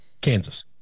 Kansas